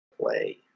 play